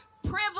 privilege